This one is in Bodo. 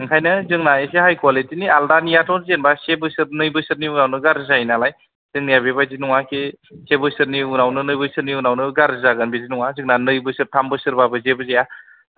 ओंखायनो जोंना इसे हाय खवालिथिनि आलदानियाथ' जेनबा से बोसोर नै बोसोरनि उनावनो गाज्रि जायोनालाय जोंनिया बेबायदि नङा खि से बोसोरनि उनावनो नै बोसोरनि उनावनो गारजि जागोन बिदि नङा जोंना नै बोसोर थाम बोसोरबाबो जेबो जाया